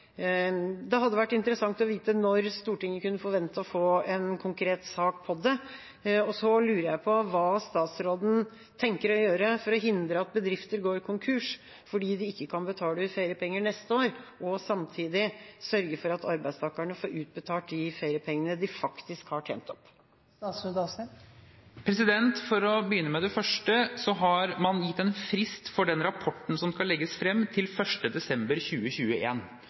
hindre at bedrifter går konkurs fordi de ikke kan betale ut feriepenger neste år og samtidig sørge for at arbeidstakerne får utbetalt de feriepengene de faktisk har tjent opp. For å begynne med det første har man gitt en frist for den rapporten som skal legges frem, til 1. desember